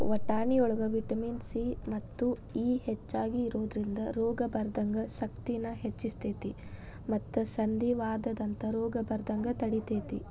ವಟಾಣಿಯೊಳಗ vitamin C ಮತ್ತು E ಹೆಚ್ಚಾಗಿ ಇರೋದ್ರಿಂದ ರೋಗ ಬರದಂಗ ಶಕ್ತಿನ ಹೆಚ್ಚಸ್ತೇತಿ ಮತ್ತ ಸಂಧಿವಾತದಂತ ರೋಗ ಬರದಂಗ ತಡಿತೇತಿ